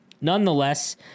nonetheless